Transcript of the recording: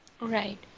Right